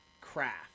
craft –